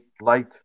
light